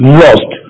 lost